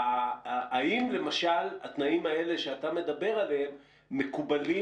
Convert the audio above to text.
האם התנאים האלה שאתה מדבר עליהם מקובלים